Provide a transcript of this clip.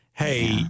Hey